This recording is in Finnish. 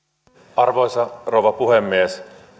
arvoisa rouva puhemies